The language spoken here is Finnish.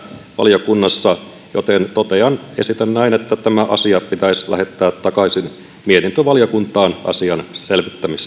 valiokunnassa joten totean ja esitän näin että tämä asia pitäisi lähettää takaisin mietintövaliokuntaan